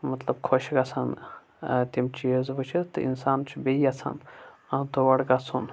مطلب خۄش گَژھان تِم چیٖز وِچِھتۍ تہٕ اِنسان چُھ بیٚیہِ یَژھان تور گَژھُن